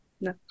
No